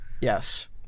Yes